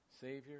Savior